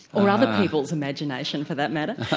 or other people's imagination for that matter?